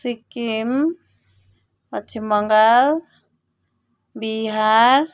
Sikkim Paschim Bangal Bihar